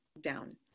down